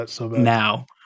now